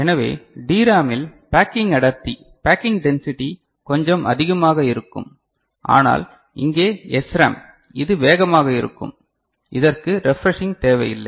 எனவே டிராமில் பேக்கிங் அடர்த்தி பேக்கிங் டென்டசிடி கொஞ்சம் அதிகமாக இருக்கும் ஆனால் இங்கே SRAM இது வேகமாக இருக்கும் இதற்கு ரெஃப்ரெஷிங் தேவையில்லை